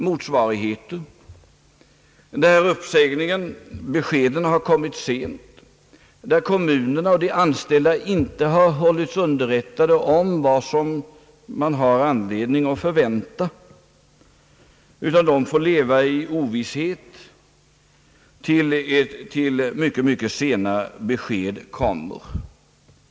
Motsvarigheter inträffar på andra håll — kommunerna och de anställda hålls inte underrättade om vad som komma skall, man får leva i ovisshet tills mycket, mycket sena besked kommer.